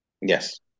Yes